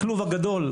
הכלוב הגדול,